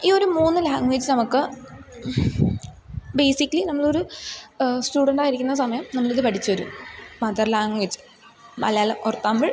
ഈ ഒരു മൂന്ന് ലാംഗ്വേജെസ് നമുക്ക് ബേസിക്ക്ലി നമ്മളൊരു സ്റ്റുഡൻ്റായിരിക്കുന്ന സമയം നമ്മളിത് പഠിച്ചു വരും mother language Malayalam or Tamil